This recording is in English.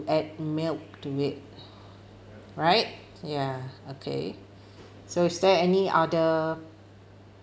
add milk to it right ya okay so is there any other